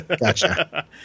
Gotcha